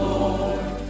Lord